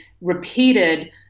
repeated